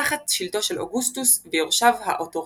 תחת שלטונו של אוגוסטוס ויורשיו האוטוריטרים.